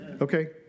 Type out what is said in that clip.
Okay